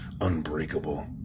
unbreakable